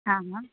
हां हां